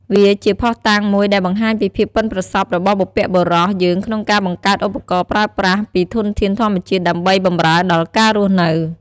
វាជាភស្តុតាងមួយដែលបង្ហាញពីភាពប៉ិនប្រសប់របស់បុព្វបុរសយើងក្នុងការបង្កើតឧបករណ៍ប្រើប្រាស់ពីធនធានធម្មជាតិដើម្បីបម្រើដល់ការរស់នៅ។